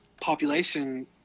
population